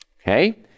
Okay